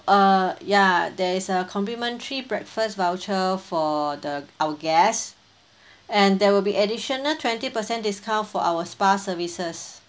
uh ya there is a complimentary breakfast voucher for the our guest and there will be additional twenty percent discount for our spa services